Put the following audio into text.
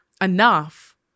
enough